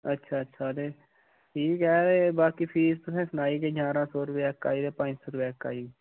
अच्छा अच्छा ते ठीक ऐ ते बाकी फीस तु'सें सनाई के ञारां सौ रपेआ इक आई ते पंञ सौ रपेआ इक आई